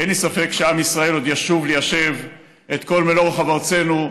אין לי ספק שעם ישראל עוד ישוב ליישב את כל מלוא רוחב ארצנו,